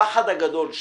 הפחד הגדול שלי,